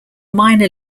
minor